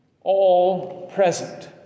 all-present